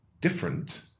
different